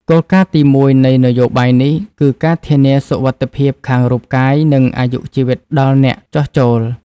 គោលការណ៍ទីមួយនៃនយោបាយនេះ គឺការធានាសុវត្ថិភាពខាងរូបកាយ និងអាយុជីវិតដល់អ្នកចុះចូល។